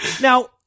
Now